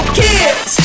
kids